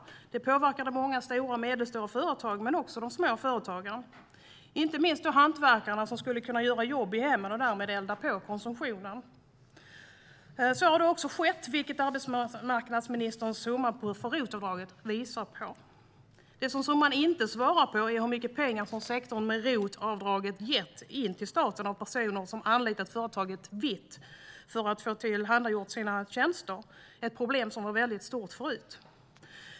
Det påverkade många stora och medelstora företag men också små företag, inte minst hantverkare som skulle kunna göra jobb i hemmen och därmed elda på konsumtionen. Så har då också skett, vilket arbetsmarknadsministerns summa för ROT-avdraget visar på. Det som summan inte svarar på är hur mycket pengar som sektorn med ROT-avdraget gett till staten för att personer har anlitat företag vitt för att få deras tjänster tillhandahållna. Detta var förut ett stort problem.